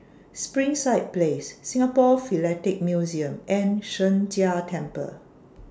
Springside Place Singapore Philatelic Museum and Sheng Jia Temple